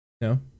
No